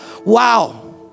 Wow